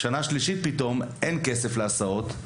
ובשנה השלישית פתאום אין כסף להסעות,